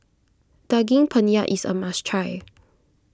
Daging Penyet is a must try